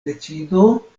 decido